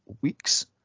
weeks